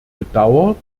bedauert